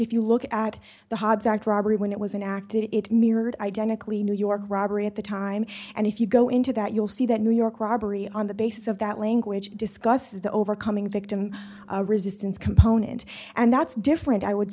if you look at the hobbs act robbery when it was an act it mirrored identically new york robbery at the time and if you go into that you'll see that new york robbery on the basis of that language discusses the overcoming the victim resistance component and that's different i would